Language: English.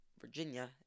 Virginia